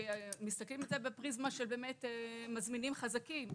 מסתכלים על זה בפריזמה של באמת מזמינים חזקים.